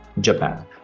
Japan